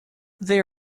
they